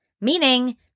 Meaning